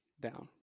down